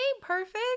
perfect